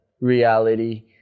reality